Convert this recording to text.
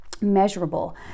Measurable